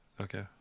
okay